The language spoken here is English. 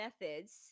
methods